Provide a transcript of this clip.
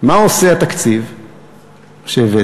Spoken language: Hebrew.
מה עושה התקציב שהבאתם?